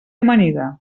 amanida